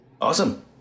awesome